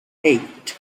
eight